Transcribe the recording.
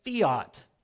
fiat